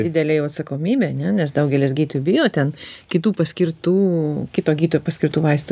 didelė jau atsakomybėne nes daugelis gydytojų bijo ten kitų paskirtų kito gydytojo paskirtų vaistų